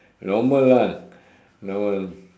normal ah normal